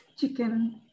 chicken